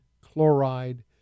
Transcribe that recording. chloride